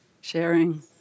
sharing